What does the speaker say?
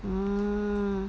mm